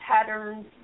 patterns